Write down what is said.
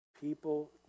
People